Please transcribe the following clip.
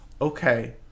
okay